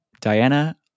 diana